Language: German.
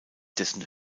dessen